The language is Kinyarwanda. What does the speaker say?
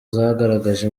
zagaragaje